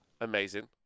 Amazing